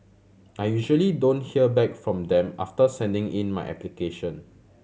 I usually don't hear back from them after sending in my application